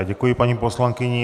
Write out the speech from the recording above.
Děkuji paní poslankyni.